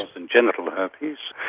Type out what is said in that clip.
and genital herpes,